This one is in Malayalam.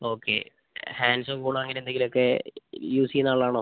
ഓക്കെ ഹാൻഡ്സും കൂളോ അങ്ങനെ എന്തെങ്കിലും ഒക്കെ യൂസ് ചെയ്യുന്ന ആളാണോ